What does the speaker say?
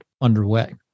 underway